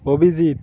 Abhijit